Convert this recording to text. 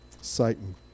Satan